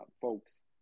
folks